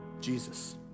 Jesus